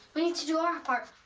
we need to do our part.